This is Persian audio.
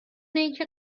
اینکه